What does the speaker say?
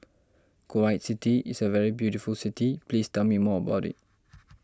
Kuwait City is a very beautiful city please tell me more about it